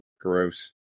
gross